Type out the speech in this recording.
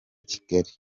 kigali